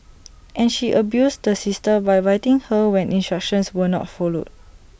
and she abused the sister by biting her when instructions were not followed